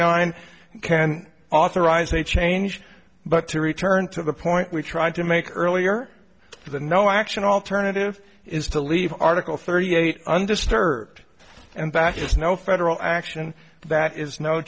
nine can authorize a change but to return to the point we tried to make earlier the no action alternative is to leave article thirty eight undisturbed and that is no federal action that is no